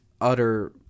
utter